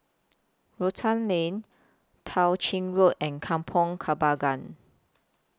Rotan Lane Tao Ching Road and Kampong Kembangan